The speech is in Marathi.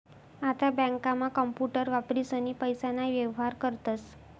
आता बँकांमा कांपूटर वापरीसनी पैसाना व्येहार करतस